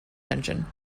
engine